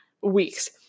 weeks